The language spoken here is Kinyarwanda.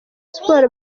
sports